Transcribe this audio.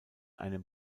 einem